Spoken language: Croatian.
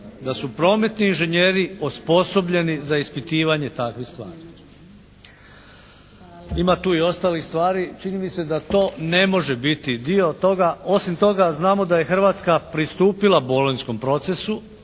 da su prometni inžinjeri osposobljeni za ispitivanje takvih stvari. Ima tu i ostalih stvari, čini mi se da to ne može biti dio toga. Osim toga, znamo da je Hrvatska pristupila Bolonjskom procesu